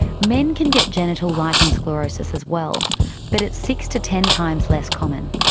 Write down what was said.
men can get genital lichen sclerosus as well but it's six to ten times less common.